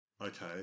Okay